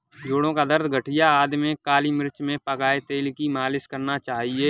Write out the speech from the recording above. जोड़ों का दर्द, गठिया आदि में काली मिर्च में पकाए तेल की मालिश करना चाहिए